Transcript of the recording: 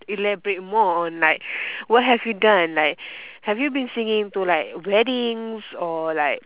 elaborate more on like what have you done like have you been singing to like weddings or like